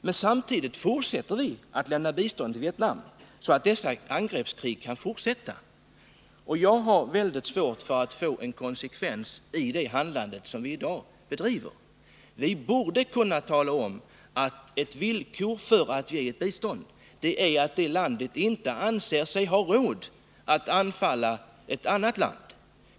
Men samtidigt fortsätter vi att lämna bistånd till Vietnam så att dessa angreppskrig kan fortsätta, och jag har mycket svårt att se någon konsekvens i det handlande som vi i dag bedriver. Vi borde kunna tala om att ett villkor för att ge bistånd är att landet i fråga inte anser sig ha råd att anfalla ett annat land.